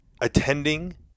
attending